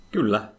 Kyllä